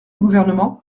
gouvernement